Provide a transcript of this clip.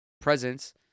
presence